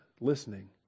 listening